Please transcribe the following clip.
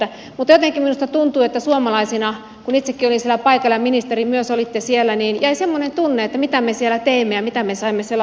mutta jotenkin minusta tuntuu että suomalaisina kun itsekin olin siellä paikalla ja ministeri myös olitte siellä jäi semmoinen tunne että mitä me siellä teimme ja mitä me saimme siellä aikaiseksi